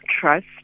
trust